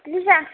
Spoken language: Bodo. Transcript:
लिजा